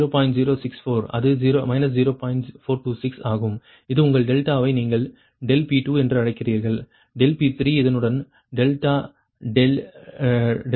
426 ஆகும் அது உங்கள் டெல்டாவை நீங்கள் ∆P2 என்று அழைக்கிறீர்கள் ∆P3இதனுடன் ∆2 என்பது 0